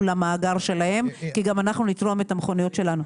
למאגר שלהם כי גם אנחנו נתרום את המכוניות שלנו.